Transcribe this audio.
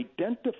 Identify